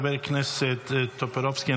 חבר הכנסת טופורובסקי,